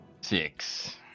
Six